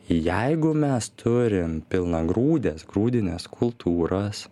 jeigu mes turim pilnagrūdes grūdines kultūras